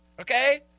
okay